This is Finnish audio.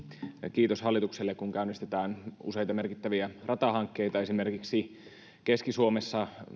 kiitos hallitukselle kun käynnistetään useita merkittäviä ratahankkeita esimerkiksi keski suomessa